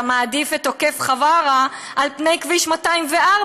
אתה מעדיף את עוקף חווארה על פני כביש 204,